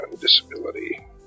disability